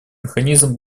механизм